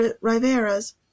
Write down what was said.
Rivera's